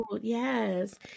Yes